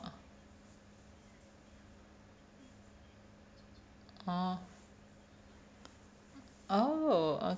orh oh